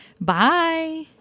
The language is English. Bye